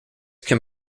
can